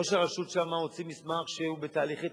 ראש הרשות שם הוציא מסמך שהוא בתהליכי